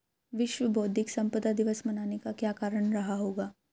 विश्व बौद्धिक संपदा दिवस मनाने का क्या कारण रहा होगा?